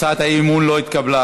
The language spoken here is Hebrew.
הצעת האי-אמון לא התקבלה.